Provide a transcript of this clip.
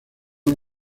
una